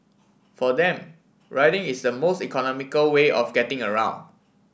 for them riding is the most economical way of getting around